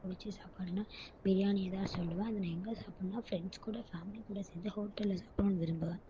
எனக்கு பிடிச்ச சாப்பாடுனா பிரியாணியை தான் சொல்வேன் அதை நான் எங்கே சாப்புட்ணுனா ஃப்ரெண்ட்ஸ் கூட ஃபேமிலி கூட சேர்ந்து ஹோட்டலில் சாப்பிடுணுன்னு விரும்புவேன்